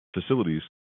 facilities